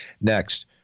next